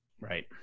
Right